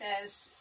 says